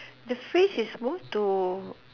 the phrase is more to